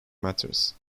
matters